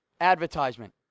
advertisement